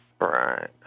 Right